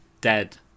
dead